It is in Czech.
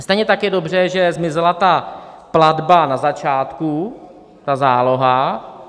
Stejně tak je dobře, že zmizela platba na začátku, ta záloha.